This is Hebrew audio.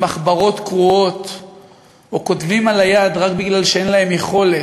מחברות קרועות או כותבים על היד רק כי אין להם יכולת,